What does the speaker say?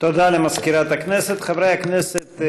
אמנה בין ממשלת מדינת ישראל לבין ממשלת הרפובליקה של